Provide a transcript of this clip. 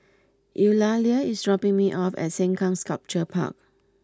Eulalia is dropping me off at Sengkang Sculpture Park